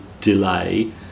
delay